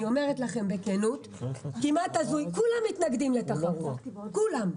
אני אומרת לכם בכנות: כולם מתנגדים לתחרות, כולם.